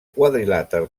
quadrilàter